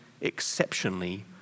exceptionally